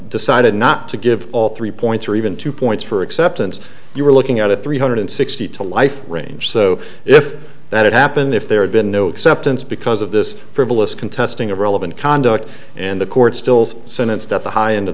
decided not to give all three points or even two points for acceptance you were looking at a three hundred sixty to life range so if that happened if there had been no acceptance because of this frivolous contesting of relevant conduct and the court stills sentenced at the high end of